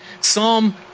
Psalm